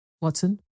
Watson